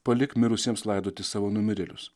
palik mirusiems laidoti savo numirėlius